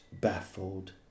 baffled